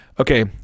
Okay